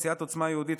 סיעת עוצמה יהודית,